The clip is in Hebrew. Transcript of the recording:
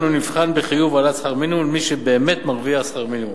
אנו נבחן בחיוב העלאת שכר המינימום למי שבאמת מרוויח שכר מינימום.